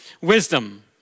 wisdom